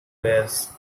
wares